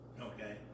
Okay